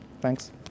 Thanks